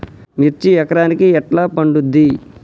మిర్చి ఎకరానికి ఎట్లా పండుద్ధి?